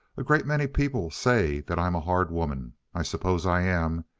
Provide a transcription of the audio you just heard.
a great many people say that i'm a hard woman. i suppose i am.